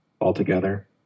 altogether